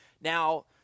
Now